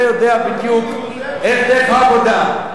אתה יודע בדיוק איך דרך העבודה.